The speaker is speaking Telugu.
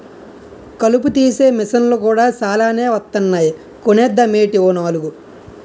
కలుపు తీసే మిసన్లు కూడా సాలానే వొత్తన్నాయ్ కొనేద్దామేటీ ఓ నాలుగు?